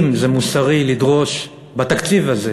אם זה מוסרי לדרוש בתקציב הזה